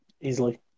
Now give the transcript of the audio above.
Easily